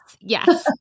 yes